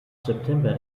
september